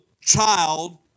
child